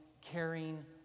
caring